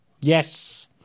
Yes